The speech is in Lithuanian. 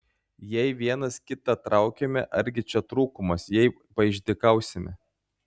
jei vienas kitą traukiame argi čia trūkumas jei paišdykausime